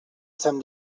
sant